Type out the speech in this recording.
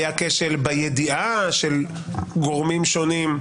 היה כשל בידיעה של גורמים שונים,